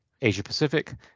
Asia-Pacific